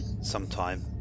sometime